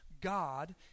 God